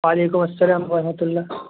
وعلیکم السلام ورحمۃ اللہ